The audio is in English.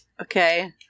okay